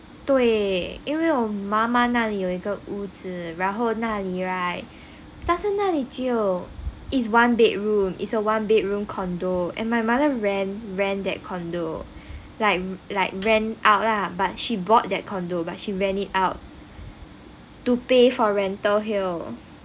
对因为我妈妈那里有一个屋子然后那里 right 但是那里就 is one bedroom it's a one bedroom condo and my mother rent rent that condo like like rent out lah she bought that condo but she rent it out to pay for rental here